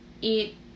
eat